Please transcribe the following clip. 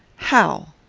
how?